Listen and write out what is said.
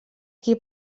qui